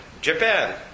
Japan